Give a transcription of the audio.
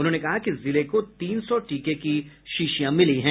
उन्होंने कहा कि जिले को तीन सौ टीके की शीशियां मिली हैं